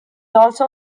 also